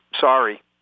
Sorry